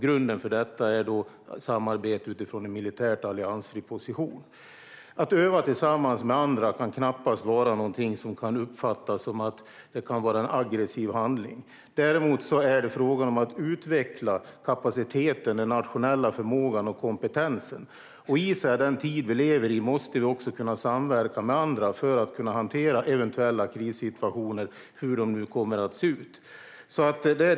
Grunden för detta är samarbete utifrån en militärt alliansfri position. Att öva tillsammans med andra kan knappast uppfattas som en aggressiv handling. Däremot är det fråga om att utveckla kapaciteten och den nationella förmågan och kompetensen. I den tid vi lever i måste vi samverka med andra för att kunna hantera eventuella krissituationer, hur dessa än ser ut.